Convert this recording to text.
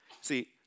See